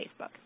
Facebook